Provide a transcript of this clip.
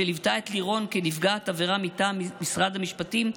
שליוותה את לירון כנפגעת עבירה מטעם משרד המשפטים,